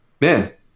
Man